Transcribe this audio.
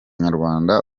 nyarwanda